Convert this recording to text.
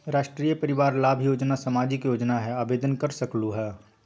राष्ट्रीय परिवार लाभ योजना सामाजिक योजना है आवेदन कर सकलहु?